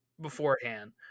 beforehand